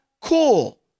cool